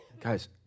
Guys